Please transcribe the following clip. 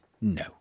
no